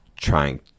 trying